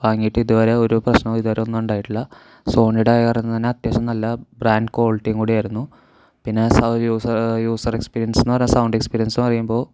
വാങ്ങിയിട്ട് ഇതുവരെ ഒരു പ്രശ്നവും ഇതുവരെ ഒന്നും ഉണ്ടായിട്ടില്ല സോണിയുടെ ആയ കാരണം തന്നെ അത്യാവശ്യം നല്ല ബ്രാൻ്റ് ക്വാളിറ്റിയും കൂടി ആയിരുന്നു പിന്നെ യൂസർ യൂസർ എക്സ്പീരിയൻസ് എന്നു പറഞ്ഞാൽ സൗണ്ട് എക്സ്പീരിയൻസ് എന്നു പറയുമ്പോൾ